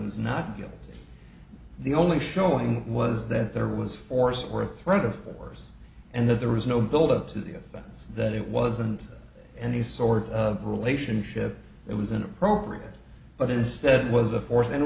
was not kill the only showing was that there was force or threat of force and that there was no buildup to the events that it wasn't any sort of relationship it was inappropriate but instead it was a horse and